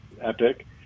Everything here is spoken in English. epic